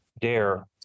dare